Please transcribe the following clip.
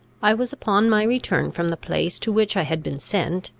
i was upon my return from the place to which i had been sent,